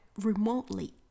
remotely